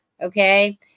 Okay